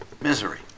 misery